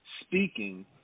speaking